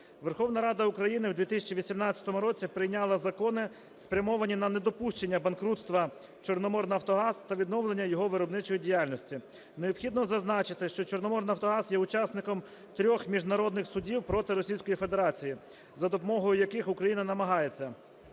Верховна Рада України в 2018 році прийняла закони, спрямовані на недопущення банкрутства "Чорноморнафтогаз" та відновлення його виробничої діяльності. Необхідно зазначити, що "Чорноморнафтогаз" є учасником трьох міжнародних судів проти Російської Федерації, за допомогою яких Україна намагається